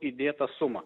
įdėtą sumą